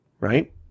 right